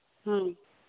ᱦᱮᱸ